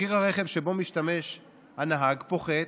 ומחיר הרכב שבו משתמש הנהג פוחת,